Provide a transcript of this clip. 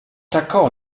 tako